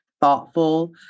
thoughtful